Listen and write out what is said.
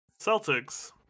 Celtics